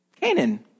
Canaan